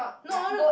no no